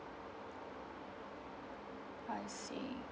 I see